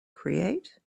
create